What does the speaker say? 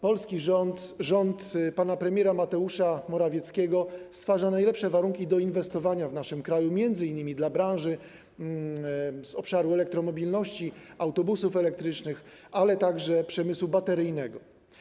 Polski rząd, rząd pana premiera Mateusza Morawieckiego stwarza najlepsze warunki do inwestowania w naszym kraju m.in. dla branż z obszaru elektromobilności, autobusów elektrycznych, ale także przemysłu bateryjnego.